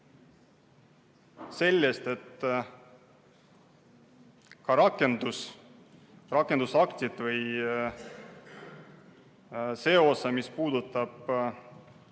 sellest, et rakendusaktid või see osa, mis puudutab